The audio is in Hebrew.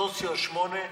סוציו 8,